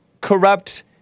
corrupt